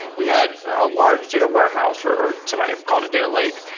we had a large data warehouse or somebody called it data lake,